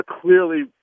clearly